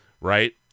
right